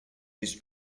his